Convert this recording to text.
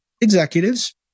executives